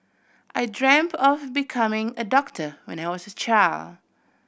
I dreamt of becoming a doctor when I was a child